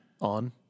On